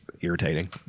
irritating